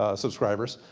ah subscribers.